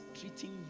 treating